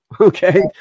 Okay